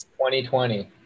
2020